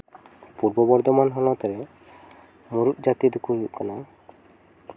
ᱯᱩᱨᱵᱚ ᱵᱚᱨᱫᱷᱚᱢᱟᱱ ᱦᱚᱱᱚᱛ ᱨᱮ ᱢᱩᱬᱩᱫ ᱡᱟᱹᱛᱤ ᱫᱚᱠᱚ ᱦᱩᱭᱩᱜ ᱠᱟᱱᱟ